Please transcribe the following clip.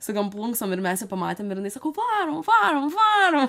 su tokiom plunksnom ir mes ją pamatėm ir jinai sako varom varom varom